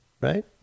Right